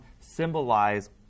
symbolize